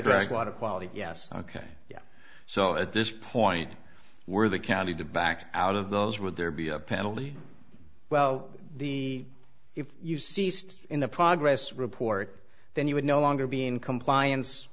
drank water quality yes ok yeah so at this point we're the county to back out of those would there be a penalty well the if you ceased in the progress report then you would no longer being compliance